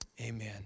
Amen